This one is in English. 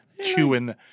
chewing